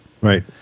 Right